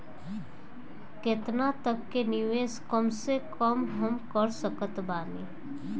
केतना तक के निवेश कम से कम मे हम कर सकत बानी?